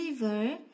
river